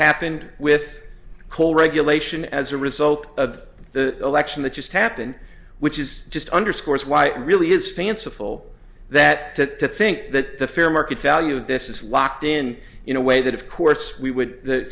happened with coal regulation as a result of the election that just happened which is just underscores why it really is fanciful that to think that the fair market value of this is locked in in a way that of course we would the